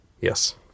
Yes